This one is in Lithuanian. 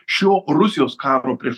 šio rusijos karo prieš